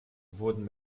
wurden